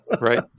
right